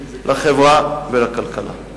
לחברה ולכלכלה.